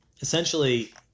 essentially